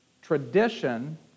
Tradition